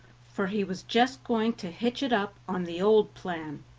for he was just going to hitch it up on the old plan.